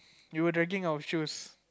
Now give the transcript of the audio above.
we were dragging our shoes